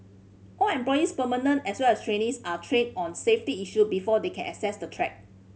all employees permanent as well as trainees are trained on safety issue before they can access the track